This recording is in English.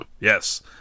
Yes